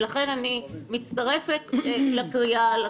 ולכן אני מצטרפת לקריאה לא